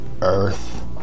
earth